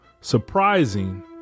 surprising